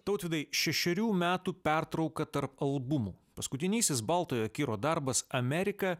tautvydai šešerių metų pertrauka tarp albumų paskutinysis baltojo kiro darbas amerika